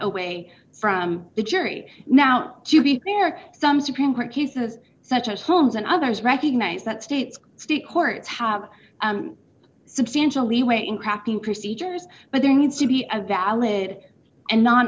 away from the jury now there are some supreme court cases such as holmes and others recognize that states state courts have substantial leeway in cracking procedures but there needs to be as valid and no